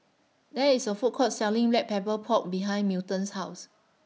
There IS A Food Court Selling Black Pepper Pork behind Milton's House